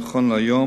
נכון להיום,